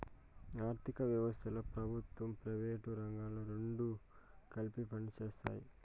ఆర్ధిక వ్యవస్థలో ప్రభుత్వం ప్రైవేటు రంగాలు రెండు కలిపి పనిచేస్తాయి